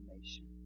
nation